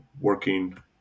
working